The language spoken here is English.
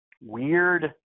weird